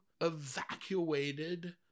evacuated